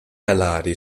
alari